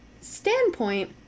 standpoint